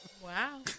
Wow